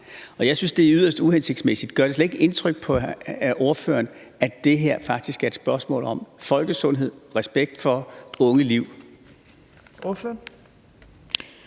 Jeg synes, det er yderst uhensigtsmæssigt. Gør det slet ikke indtryk på ordføreren, at det her faktisk er et spørgsmål om folkesundhed og respekt for unge liv?